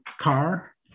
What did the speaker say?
car